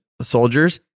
soldiers